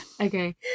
okay